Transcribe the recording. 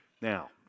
Now